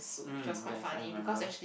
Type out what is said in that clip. mm yes I remember